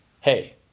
hey